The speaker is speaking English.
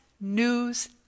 news